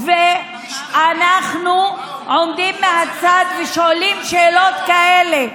ואנחנו עומדים מהצד ושואלים שאלות כאלה.